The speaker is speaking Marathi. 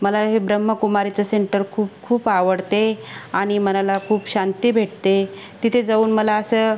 मला हे ब्रह्मकुमारीचे सेंटर खूप खूप आवडते आणि मनाला खूप शांती भेटते तिथे जाऊन मला असं